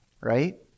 Right